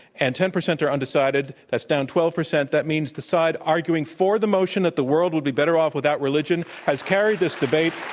and ten percent are undecided. that's down twelve percent. that means the side arguing for the motion that the world would be better off without religion has carried this debate.